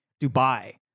Dubai